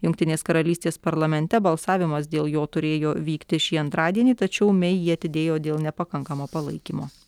jungtinės karalystės parlamente balsavimas dėl jo turėjo vykti šį antradienį tačiau mei jį atidėjo dėl nepakankamo palaikymo